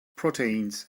proteins